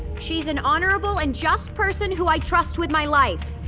she is an honorable and just person who i trust with my life,